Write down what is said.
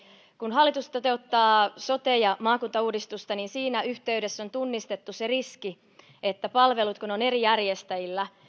kun hallitus toteuttaa sote ja maakuntauudistusta niin siinä yhteydessä on tunnistettu se riski että kun palvelut ovat eri järjestäjillä